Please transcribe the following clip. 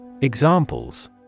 Examples